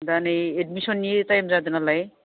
दा नै एडमिसननि टाइम जादों नालाय